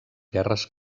guerres